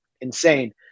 insane